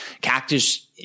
cactus